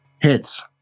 hits